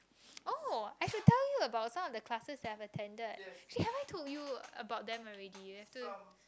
oh I should tell you about some of the classes that I've attended actually have I told you about them already you have to